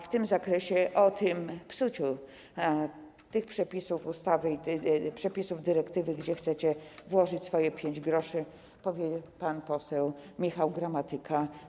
W tym zakresie, o psuciu przepisów ustawy i przepisów dyrektywy, gdzie chcecie włożyć swoje 5 gr, powie pan poseł Michał Gramatyka.